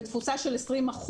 בתפוסה של 20%,